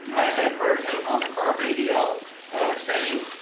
i had heard him on the car radio saying